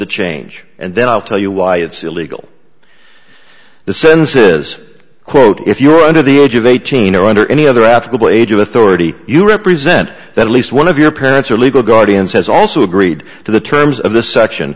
the change and then i'll tell you why it's illegal the sentence is quote if you're under the age of eighteen or under any other affably age of authority you represent that at least one of your parents are legal guardians has also agreed to the terms of the suction